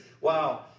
wow